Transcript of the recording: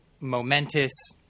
momentous